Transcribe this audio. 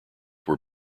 were